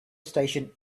station